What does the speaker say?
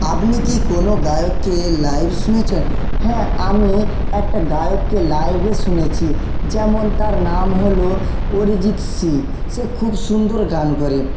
আপনি কি কোনো গায়ককে লাইভ শুনেছেন হ্যাঁ আমি একটা গায়ককে লাইভে শুনেছি যেমন তার নাম হলো অরিজিৎ সিং সে খুব সুন্দর গান করে